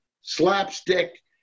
slapstick